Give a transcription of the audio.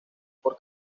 por